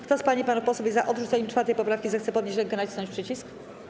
Kto z pań i panów posłów jest za odrzuceniem 4. poprawki, zechce podnieść rękę i nacisnąć przycisk.